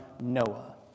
Noah